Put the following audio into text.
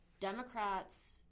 Democrats –